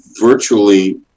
virtually